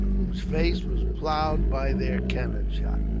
whose face was ploughed by their cannon shot.